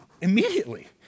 immediately